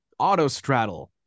Autostraddle